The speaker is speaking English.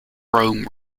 rome